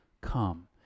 come